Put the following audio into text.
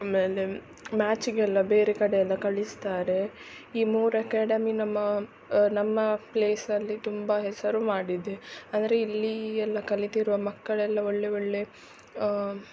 ಆಮೇಲೆ ಮ್ಯಾಚಿಗೆಲ್ಲ ಬೇರೆ ಕಡೆ ಎಲ್ಲ ಕಳಿಸ್ತಾರೆ ಈ ಮೂರು ಎಕ್ಯಾಡೆಮಿ ನಮ್ಮ ನಮ್ಮ ಪ್ಲೇಸಲ್ಲಿ ತುಂಬ ಹೆಸರು ಮಾಡಿದೆ ಅಂದರೆ ಇಲ್ಲೀಲ್ಲಿ ಎಲ್ಲ ಕಲಿತಿರುವ ಮಕ್ಕಳೆಲ್ಲ ಒಳ್ಳೆ ಒಳ್ಳೆ